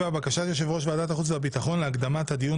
בקשת יושב-ראש ועדת החוץ והביטחון להקדמת הדיון